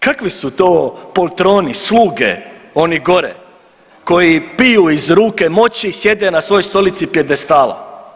Kakvi su to poltroni, sluge, oni gore koji piju iz ruke moći i sjede na svojoj stolici pijedestala?